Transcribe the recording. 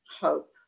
hope